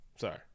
Sorry